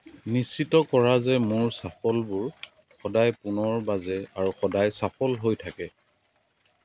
নিশ্চিত কৰা যে মোৰ ছাফলবোৰ সদায় পুনৰ বাজে আৰু সদায় ছাফল হৈ থাকে